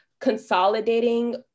consolidating